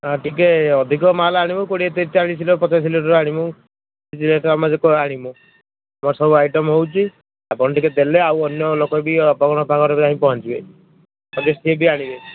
ହଁ ଟିକେ ଅଧିକ ମାଲ୍ ଆଣିବୁ କୋଡ଼ିଏ ଚାଳିଶ ଲିଟରଡ ପଚାଶ ଲିଟର ଆଣିବୁ ଆଣିବୁ ମୋର ସବୁ ଆଇଟମ ହେଉଛି ଆପଣ ଟିକେ ଦେଲେ ଆଉ ଅନ୍ୟ ଲୋକ ବି ଆପଣଙ୍କ ପାଖରେ ଯାଇ ପହଞ୍ଚିବେ ଏବେ ସିଏ ଆଣିବେ